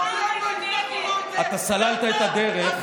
לעולם לא, אתה סללת את הדרך.